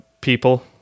people